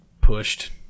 pushed